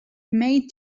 may